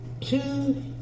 two